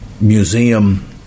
museum